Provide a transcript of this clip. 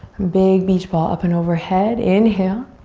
big beach ball up and over head, inhale.